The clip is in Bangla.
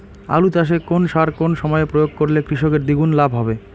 আলু চাষে কোন সার কোন সময়ে প্রয়োগ করলে কৃষকের দ্বিগুণ লাভ হবে?